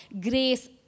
grace